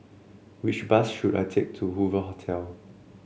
which bus should I take to Hoover Hotel